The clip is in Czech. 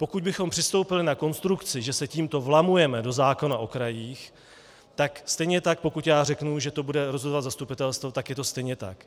Pokud bychom přistoupili na konstrukci, že se tímto vlamujeme do zákona o krajích, tak stejně tak, pokud řeknu, že to bude rozhodovat zastupitelstvo, tak je to stejně tak.